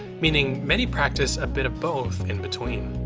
meaning many practice a bit of both in between.